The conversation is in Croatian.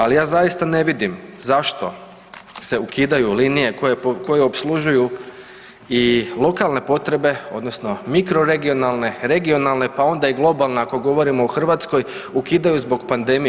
Ali ja zaista ne vidim zašto se ukidaju linije koje opslužuju i lokalne potrebe, odnosno mikro regionalne, regionalne, pa onda i globalne, ako govorimo o Hrvatskoj, ukidaju zbog pandemije.